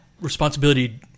responsibility